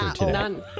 None